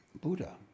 Buddha